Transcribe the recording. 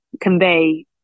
convey